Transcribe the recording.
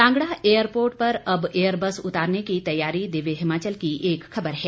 Kangra airport पर अब Airbus उतारने की तैयारी दिव्य हिमाचल की एक खबर है